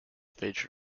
featured